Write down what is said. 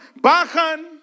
bajan